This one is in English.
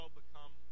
become